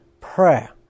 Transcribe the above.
Prayer